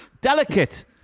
Delicate